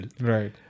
Right